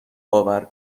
باور